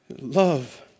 Love